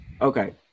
Okay